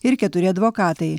ir keturi advokatai